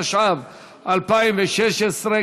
התשע"ו 2016,